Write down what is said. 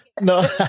No